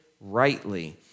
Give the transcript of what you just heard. rightly